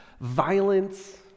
violence